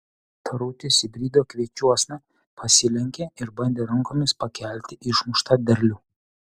tarutis įbrido kviečiuosna pasilenkė ir bandė rankomis pakelti išmuštą derlių